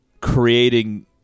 creating